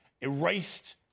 erased